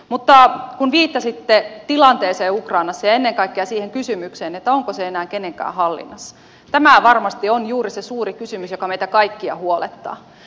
mutta kun viittasitte tilanteeseen ukrainassa ja ennen kaikkea siihen kysymykseen onko se enää kenenkään hallinnassa tämä varmasti on juuri se suuri kysymys joka meitä kaikkia huolettaa